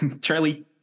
Charlie